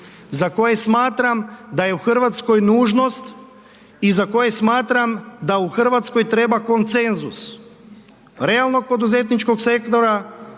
za koje smatram da je u Hrvatskoj nužnost i za koje smatram da u Hrvatskoj treba konsenzus, realnog poduzetničkog sektora,